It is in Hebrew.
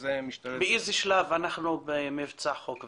וזה --- באיזה שלב אנחנו במבצע "חוק וסדר"?